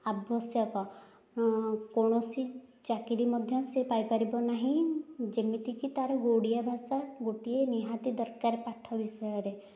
ଆବଶ୍ୟକ କୌଣସି ଚାକିରି ମଧ୍ୟ ସେ ପାଇପାରିବ ନାହିଁ ଯେମିତିକି ତାର ଓଡ଼ିଆ ଭାଷା ଗୋଟିଏ ନିହାତି ଦରକାର ପାଠ ବିଷୟରେ